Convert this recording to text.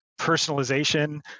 personalization